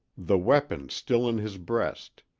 the weapon still in his breast.